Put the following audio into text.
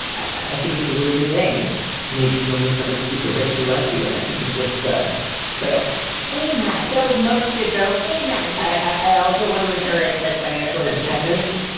i think is a really good thing. and maybe you'll meet somebody super rich who loves you and then you can just ah bail a man. that was mostly a joke. and then i also want to encourage like financial independence.